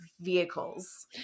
vehicles